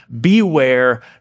beware